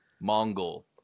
Mongol